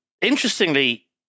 interestingly